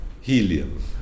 helium